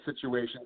situation